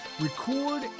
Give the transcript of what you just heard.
record